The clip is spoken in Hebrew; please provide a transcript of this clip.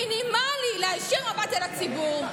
מינימלי, להישיר מבט אל הציבור.